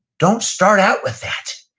don't start out with that.